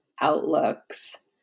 outlooks